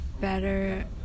better